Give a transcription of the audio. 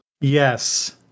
Yes